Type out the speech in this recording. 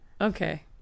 Okay